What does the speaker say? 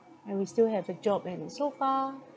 and we still have a job and so far